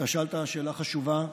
אתה שאלת שאלה חשובה.